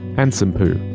and some poo.